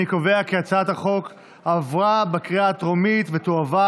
אני קובע כי הצעת החוק עברה בקריאה הטרומית ותועבר